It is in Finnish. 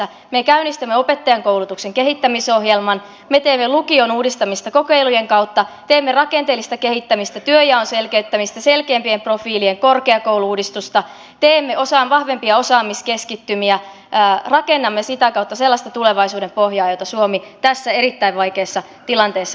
me käynnistämme opettajankoulutuksen kehittämisohjelman me teemme lukion uudistamista kokeilujen kautta teemme rakenteellista kehittämistä työnjaon selkeyttämistä selkeämpien profiilien korkeakoulu uudistusta teemme vahvempia osaamiskeskittymiä rakennamme sitä kautta sellaista tulevaisuuden pohjaa jota suomi tässä erittäin vaikeassa tilanteessa tarvitsee